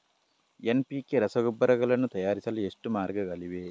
NPK ರಸಗೊಬ್ಬರಗಳನ್ನು ತಯಾರಿಸಲು ಎಷ್ಟು ಮಾರ್ಗಗಳಿವೆ?